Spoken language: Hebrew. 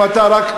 אם אתה רק,